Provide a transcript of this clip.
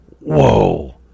whoa